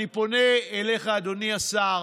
אני פונה אליך, אדוני השר